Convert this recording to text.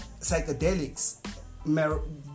psychedelics